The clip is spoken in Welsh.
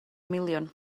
miliwn